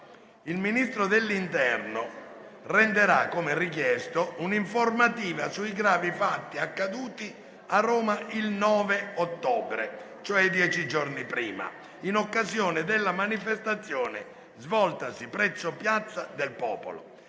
il Ministro dell'interno renderà - come richiesto - un'informativa sui gravi fatti accaduti a Roma il 9 ottobre in occasione della manifestazione svoltasi presso piazza del Popolo.